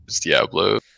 Diablo